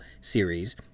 series